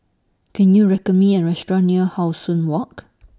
Can YOU recommend Me A Restaurant near How Sun Walk